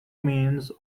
means